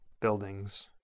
buildings